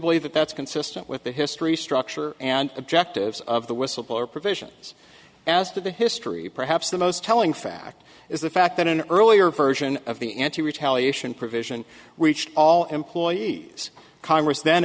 believe that that's consistent with the history structure and objectives of the whistleblower provisions as to the history perhaps the most telling fact is the fact that an earlier version of the n t retaliation provision reached all employees congress